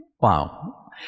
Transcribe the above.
Wow